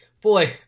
boy